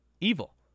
evil